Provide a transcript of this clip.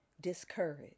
discouraged